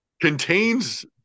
contains